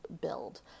build